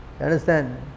Understand